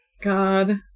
God